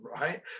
right